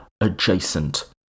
adjacent